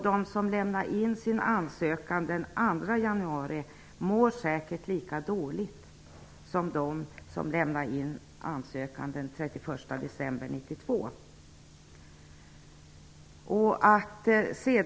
De som lämnade in sin ansökan den 2 januari mår säkert lika dåligt som de som lämnade in ansökan den 31 december 1992.